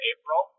April